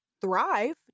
thrive